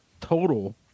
total